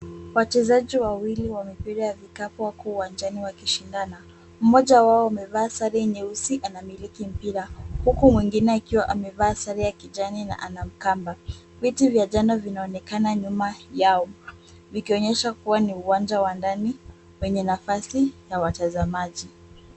Wachezaji wawili wa mpira wa vikapu wako uwanjani wakishindana. Mmoja wao amevaa sare nyeusi, anamiliki mpira, huku mwingine akiwa amevaa sare ya kijani anakamba. Viti za jana vinaonekana nyuma yao. Vikionyesha kua ni uwanja wa ndani wenye nafasi ya watazamaji.